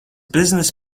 business